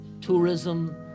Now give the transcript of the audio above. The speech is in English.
tourism